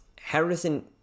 Harrison